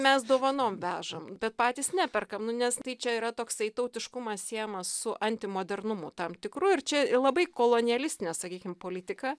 mes dovanom vežam bet patys neperkam nu nes tai čia yra toksai tautiškumas siejamas su antimodernumu tam tikru ir čia labai kolonialistinė sakykim politika